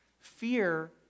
Fear